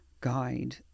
guide